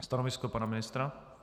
Stanovisko pana ministra?